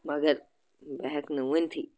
مگر بہٕ ہٮ۪کہٕ نہٕ ؤنۍتھٕے